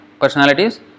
personalities